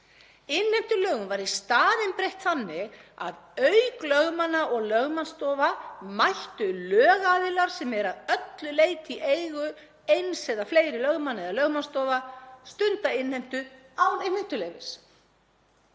Innheimtulögum var í staðinn breytt þannig að auk lögmanna og lögmannsstofa mættu lögaðilar sem eru að öllu leyti í eigu eins eða fleiri lögmanna eða lögmannsstofa stunda innheimtu án innheimtuleyfis.